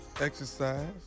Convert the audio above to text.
exercise